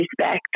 respect